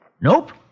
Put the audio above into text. Nope